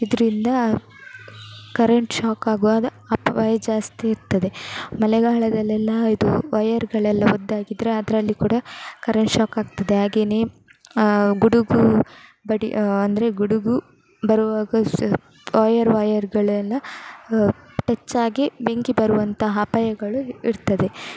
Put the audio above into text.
ಇದರಿಂದ current shock ಆಗುವಾಗ ಅಪಾಯ ಜಾಸ್ತಿ ಇರ್ತದೆ ಮಲೆಗಾಳದಲ್ಲೆಲ್ಲ ಇದು ವೈಯರ್ಗಳೆಲ್ಲ ಒದ್ದೆಯಾಗಿದ್ದರೆ ಅದರಲ್ಲಿ ಕೂಡ ಕರಂಟ್ ಶಾಕ್ ಆಗ್ತದೆ ಹಾಗೆಯೇ ಗುಡುಗು ಬಡಿ ಅಂದರೆ ಗುಡುಗು ಬರುವಾಗ ವೈಯರ್ ವೈಯರ್ಗಳೆಲ್ಲ ಟಚ್ ಆಗಿ ಬೆಂಕಿ ಬರುವಂತಹ ಅಪಾಯಗಳು ಇರ್ತದೆ